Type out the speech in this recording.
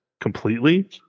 completely